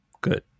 good